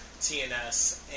TNS